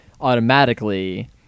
automatically